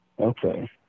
Okay